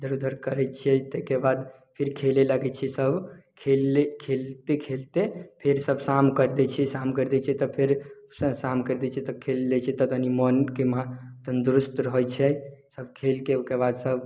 सब इधर करै छियै एहिके बाद फिर खेलै लागै छियै सब खेलली खेलते खेलते फेर सब शाम करि दै छियै शाम करि दै छियै तऽ फेर सब शाम करि दै छियै तऽ कनी मोन कहुना तनी दुरुस्त रहै छै खेलके बाद सब